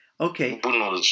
Okay